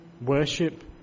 worship